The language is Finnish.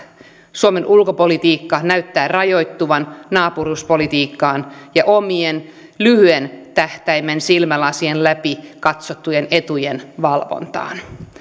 suomen ulkopolitiikka näyttää rajoittuvan naapuruuspolitiikkaan ja omien lyhyen tähtäimen silmälasien läpi katsottujen etujen valvontaan